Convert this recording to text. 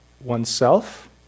oneself